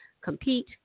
compete